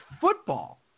football